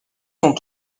sont